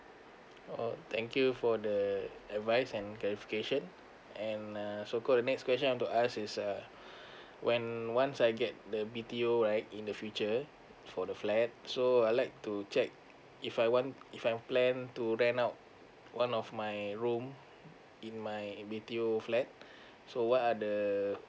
oh thank you for the advice and clarification and uh so call the next question I want to ask is uh when once I get the B_T_O right in the future for the flat so uh I'd like to check if I want if I plan to rent out one of my room in my B_T_O flat so what are the